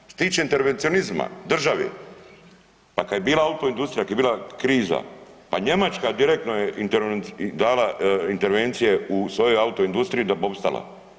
Što se tiče intervencionizma države pa kada je bila autoindustrija, kada je bila kriza pa Njemačka direktno je dala intervencije u svoju autoindustriju da bi ostala.